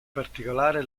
particolare